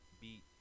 beat